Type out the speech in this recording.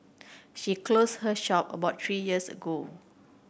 she closed her shop about three years ago